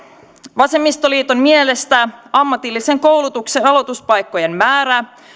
vasemmistoliiton mielestä ammatillisen koulutuksen aloituspaikkojen määrä